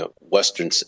Western